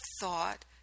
thought